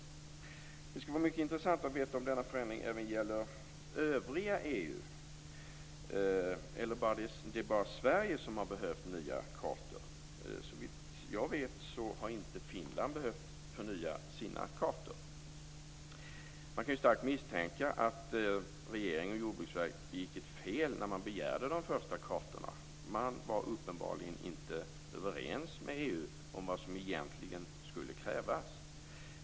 Det skulle vara mycket intressant att veta om denna förändring även gäller övriga EU, eller om det bara är Sverige som har behövt nya kartor. Såvitt jag vet har inte Finland behövt förnya sina kartor. Man kan starkt misstänka att regeringen och Jordbruksverket begick ett fel när de begärde de första kartorna. De var uppenbarligen inte överens med EU om vad som egentligen skulle krävas.